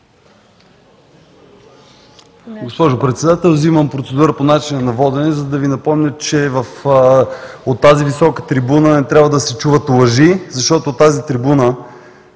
Госпожо Председател, взимам процедура по начина на водене, за да Ви напомня, че от тази висока трибуна не трябва да се чуват лъжи, защото от тази трибуна